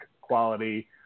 quality